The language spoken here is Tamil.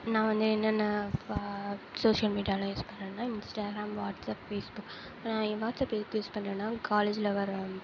நான் வந்து என்னென்ன ஷோஷியல் மீடியாலாம் யூஸ் பண்றேன்னா இன்ஸ்டாகிராம் வாட்ஸ்ஆப் ஃபேஸ்புக் நான் என் வாட்ஸ்ஆப் எதுக்கு யூஸ் பண்றேன்னா காலேஜில் வர